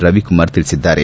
ರವಿಕುಮಾರ್ ತಿಳಿಸಿದ್ದಾರೆ